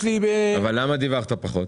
למה דיווחת פחות?